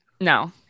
No